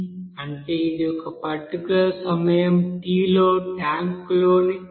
అంటే ఇది ఒక పర్టిక్యూలర్ సమయం t లో ట్యాంక్లోని కాన్సంట్రేషన్